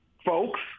Folks